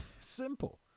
Simple